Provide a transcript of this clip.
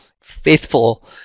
faithful